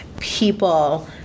people